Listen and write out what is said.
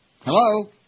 Hello